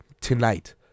tonight